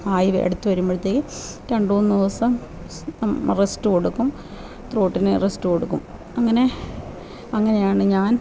ആയി അടുത്ത വരുമ്പോഴത്തേക്ക് രണ്ടൂന്നെസം റെസ്റ്റ് കൊടുക്കും ത്രോട്ടിന് റെസ്റ്റ് കൊടുക്കും അങ്ങനെ അങ്ങനെയാണ് ഞാൻ